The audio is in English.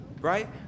right